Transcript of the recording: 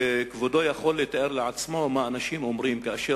וכבודו יכול לתאר לעצמו מה אנשים אומרים כאשר